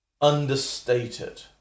understated